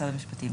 משרד המשפטים.